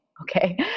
okay